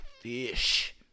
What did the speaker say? fish